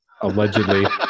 Allegedly